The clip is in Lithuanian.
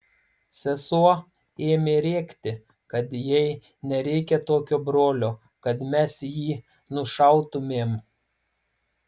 sesuo ėmė rėkti kad jai nereikia tokio brolio kad mes jį nušautumėm